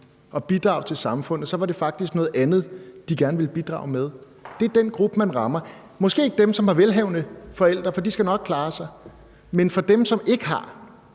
og bidrage til samfundet, var det faktisk noget andet, de gerne ville bidrage med. Det er den gruppe, man rammer. Man rammer måske ikke dem, som har velhavende forældre, for de skal nok klare sig, men dem, som ikke har,